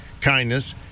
kindness